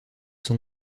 sont